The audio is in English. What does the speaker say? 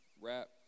rap